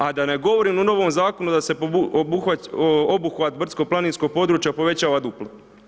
A da ne govorim o novom zakonu, da se obuhvat brdsko planinskog područja povećava duplo.